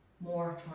More